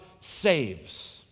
saves